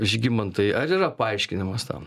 žygimantai ar yra paaiškinimas tam